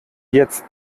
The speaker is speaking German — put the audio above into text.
jetzt